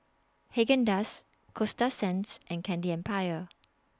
Haagen Dazs Coasta Sands and Candy Empire